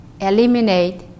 eliminate